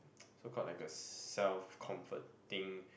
so called like a self comforting